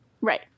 Right